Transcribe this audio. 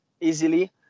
easily